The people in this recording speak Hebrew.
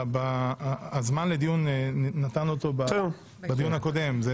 את הזמן לדיון נתנו בדיון הקודם.